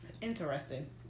Interesting